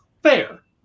Fair